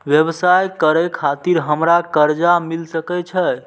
व्यवसाय करे खातिर हमरा कर्जा मिल सके छे?